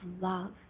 love